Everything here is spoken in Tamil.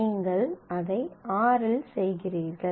நீங்கள் அதை r இல் செய்கிறீர்கள்